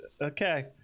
okay